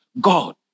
God